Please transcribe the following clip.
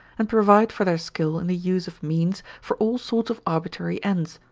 and provide for their skill in the use of means for all sorts of arbitrary ends,